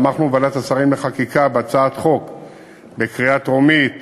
תמכנו בוועדת השרים לחקיקה בהצעת חוק לקריאה טרומית